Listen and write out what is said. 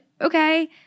okay